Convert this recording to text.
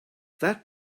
that